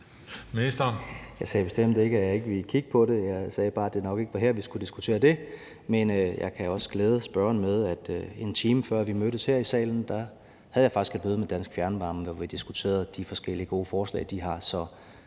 Jeg sagde bestemt ikke, at jeg ikke ville kigge på det. Jeg sagde bare, at det nok ikke var her, vi skulle diskutere det. Men jeg kan også glæde spørgeren med, at en time før vi mødtes her i salen, havde jeg faktisk et møde med Dansk Fjernvarme, hvor vi diskuterede de forskellige gode forslag, de har.